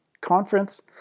conference